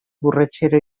borratxera